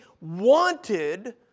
wanted